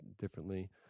differently